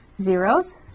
zeros